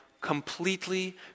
completely